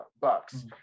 bucks